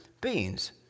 beings